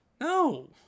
No